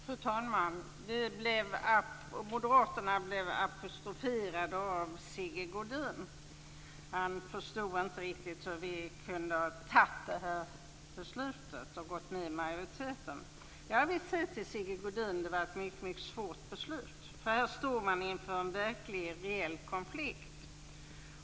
Fru talman! Moderaterna blev apostroferade av Sigge Godin. Han förstod inte riktigt hur vi kunde ha fattat beslutet att gå med majoriteten. Det var, Sigge Godin, ett mycket svårt beslut. Här står man inför en verklig reell konflikt.